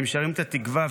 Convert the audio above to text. הם שרים את התקווה,